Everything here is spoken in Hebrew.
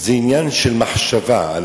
זה עניין של מחשבה.